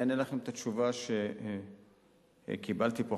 אענה לכם את התשובה שקיבלתי פה.